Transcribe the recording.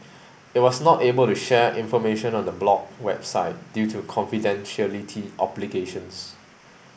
it was not able to share information on the blocked website due to confidentiality obligations